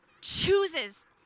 chooses